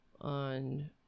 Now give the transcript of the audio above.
on